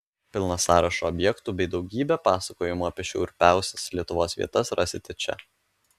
pilną sąrašą objektų bei daugybę pasakojimų apie šiurpiausias lietuvos vietas rasite čia